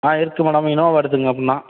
ஆ இருக்குது madam Innova எடுத்துக்கங்க அப்புடின்னா